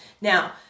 Now